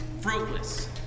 fruitless